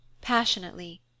passionately